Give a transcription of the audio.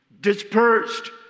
dispersed